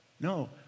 no